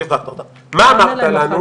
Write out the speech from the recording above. מה אמרת לנו?